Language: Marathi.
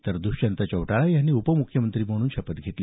तर दुष्यन्त चौटाला यांनी उपमुखमंत्री म्हणून शपथ घेतली